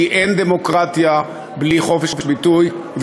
כי אין דמוקרטיה בלי חופש ביטוי,